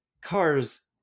Cars